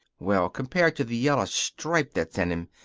well, compared to the yellow stripe that's in him,